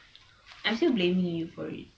I'm still blaming you for it